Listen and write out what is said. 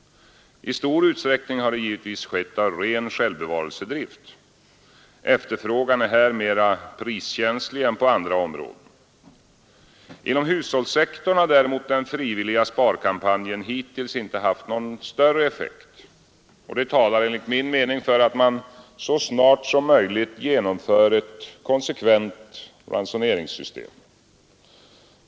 I stor utsträckning har det givetvis skett av ren självbevarelsedrift. Efterfrågan är här mera priskänslig än på andra områden. Inom hushållssektorn har däremot den frivilliga sparkampanjen hittills inte haft någon större effekt, och det talar enligt min mening för att man så snart som möjligt genomför ett konsekvent ransoneringssystem.